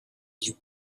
you